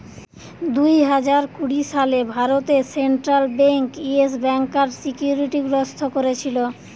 দুই হাজার কুড়ি সালে ভারতে সেন্ট্রাল বেঙ্ক ইয়েস ব্যাংকার সিকিউরিটি গ্রস্ত কোরেছিল